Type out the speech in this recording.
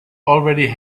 already